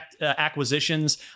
acquisitions